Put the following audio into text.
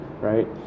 right